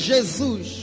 Jesus